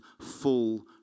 full